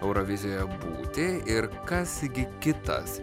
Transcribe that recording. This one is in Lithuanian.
eurovizijoje būti ir kas gi kitas